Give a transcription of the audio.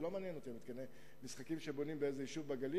לא מעניינים אותי מתקני משחקים שבונים באיזה יישוב בגליל,